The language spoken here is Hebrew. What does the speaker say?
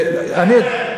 אייכלר,